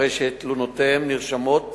הרי שתלונותיהם נרשמות